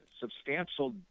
substantial